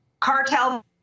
cartel